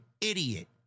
idiot